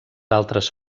altres